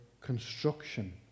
construction